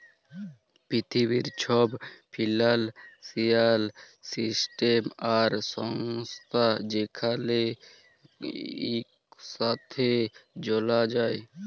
পিথিবীর ছব financial system আর সংস্থা যেখালে ইকসাথে জালা যায়